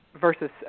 versus